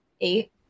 eight